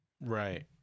right